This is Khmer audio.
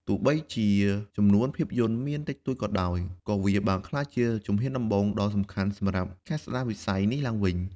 ទោះបីជាចំនួនភាពយន្តមានតិចតួចក៏ដោយ ក៏វាបានក្លាយជាជំហានដំបូងដ៏សំខាន់សម្រាប់ការស្តារវិស័យនេះឡើងវិញ។